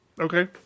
Okay